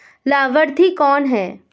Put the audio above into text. लाभार्थी कौन है?